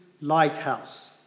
Lighthouse